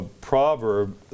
proverb